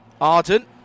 Arden